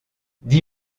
dix